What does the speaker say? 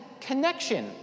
connection